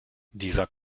dieser